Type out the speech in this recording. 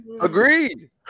Agreed